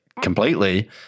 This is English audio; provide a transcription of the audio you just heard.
completely